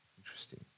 interesting